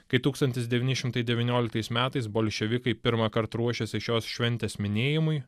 kai tūkstantis devyni šimtai devynioliktais metais bolševikai pirmąkart ruošėsi šios šventės minėjimui